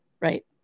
right